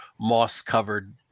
moss-covered